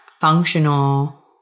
functional